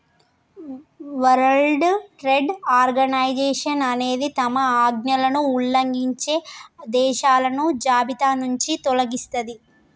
world trade organisation అనేది తమ ఆజ్ఞలను ఉల్లంఘించే దేశాలను జాబితానుంచి తొలగిస్తది